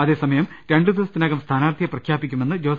അതേസമയം രണ്ടു ദിവസത്തിനകം സ്ഥാനാർത്ഥിയെ പ്രഖ്യാ പിക്കുമെന്ന് ജോസ്